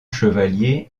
chevalier